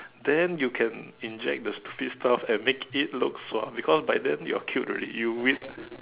then you can inject the stupid stuff and make it looks lah because by then you're cute already you with